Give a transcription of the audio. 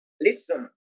Listen